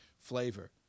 flavor